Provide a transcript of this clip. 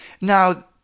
Now